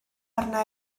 arna